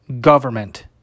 government